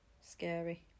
scary